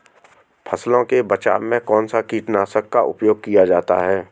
फसलों के बचाव में कौनसा कीटनाशक का उपयोग किया जाता है?